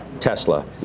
Tesla